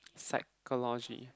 psychology